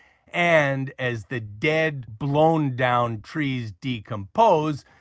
and, as the dead, blown-down trees decomposed,